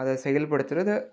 அதை செயல்படுத்துகிறது